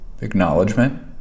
Acknowledgement